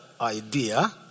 idea